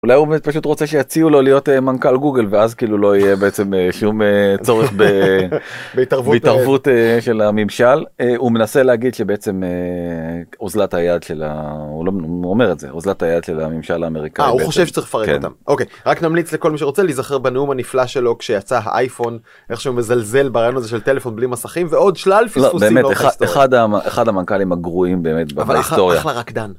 אולי הוא באמת פשוט רוצה שיציעו לו להיות מנכ״ל גוגל ואז כאילו לא יהיה בעצם שום צורך בהתערבות של הממשל. הוא מנסה להגיד שבעצם אוזלת היד של ה.. הוא לא אומר את זה אוזלת היד של הממשל האמריקאי, אה, הוא חושב שצריך לפרק אותם. רק נמליץ לכל מי שרוצה להיזכר בנאום הנפלא שלו כשיצא האייפון איך שהוא מזלזל ברעיון הזה של טלפון בלי מסכים ועוד שלל פספוסים. לא, באמת, אחד המנכ"לים הגרועים באמת בהיסטוריה, אבל אחלה רקדן.